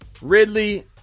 Ridley